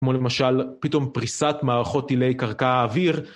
כמו למשל פתאום פריסת מערכות טילי קרקע אוויר.